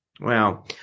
Wow